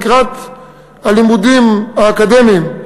הלימודים האקדמיים,